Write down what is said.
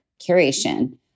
curation